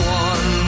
one